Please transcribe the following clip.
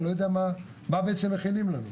אני לא יודע מה בעצם מכינים לנו.